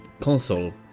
console